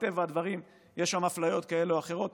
מטבע הדברים יש שם אפליות כאלה או אחרות